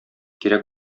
кирәк